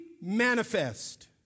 manifest